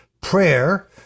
prayer